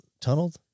Tunneled